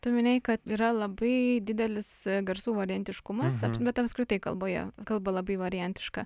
tu minėjai kad yra labai didelis garsų variantiškumas bet apskritai kalboje kalba labai variantiška